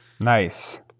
Nice